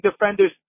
defenders